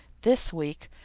this week,